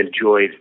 enjoyed